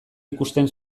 ikusten